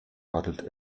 radelte